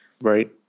right